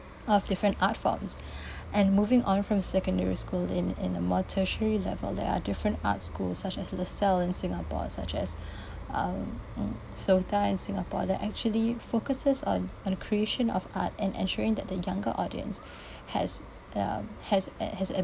of different art forms and moving on from secondary school in in a more tertiary level there are different art schools such as la salle in singapore such as um SOTA in singapore that actually focuses on on creation of art and ensuring that the younger audience has um has a has a